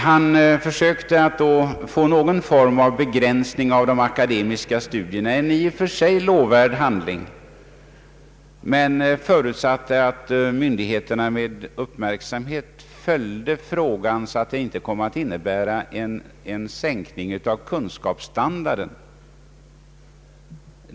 Han försökte få igenom någon form av begränsning av de akademiska studierna — en i och för sig lovvärd handling — men förutsatte att myndigheterna med uppmärksamhet följde frågan så att det inte kom att innebära en sänkning av kunskapsstandarden.